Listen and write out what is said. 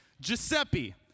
Giuseppe